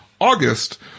August